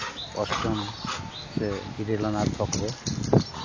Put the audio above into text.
ᱚᱥᱴᱚᱢ ᱥᱮ ᱤᱨᱟᱹᱞ ᱟᱱᱟᱜ ᱛᱷᱚᱠ ᱨᱮ